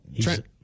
Trent